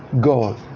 God